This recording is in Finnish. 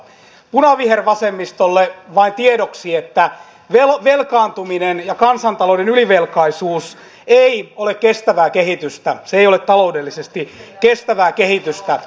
punavihervasemmistolle vain tiedoksi että velkaantuminen ja kansantalouden ylivelkaisuus ei ole kestävää kehitystä se ei ole taloudellisesti kestävää kehitystä